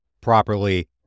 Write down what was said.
properly